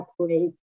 upgrades